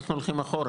אנחנו הולכים אחורה,